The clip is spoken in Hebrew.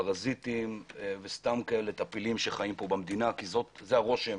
פרזיטים וסתם טפילים שחיים במדינה כי זה הרושם